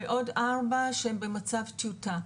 ועוד ארבעה שהם במצב טיוטה.